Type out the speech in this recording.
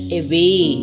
away